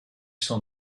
s’en